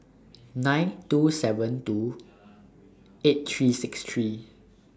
nine two seven two eight three six three